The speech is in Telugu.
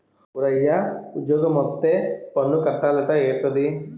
ఓరయ్యా ఉజ్జోగమొత్తే పన్ను కట్టాలట ఏట్రది